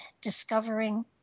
discovering